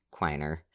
Quiner